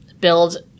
build